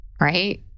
right